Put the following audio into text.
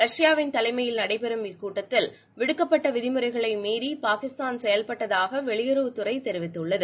ரஷ்யாவின் தலைமையில் நடைபெறும் இக்கூட்டத்தில் விடுக்கப்பட்ட விதிமுறைகளை மீறி பாகிஸ்தான் செயல்பட்டதாக வெளியுறவுத் துறை தெரிவித்துள்ளது